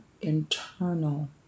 internal